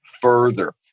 further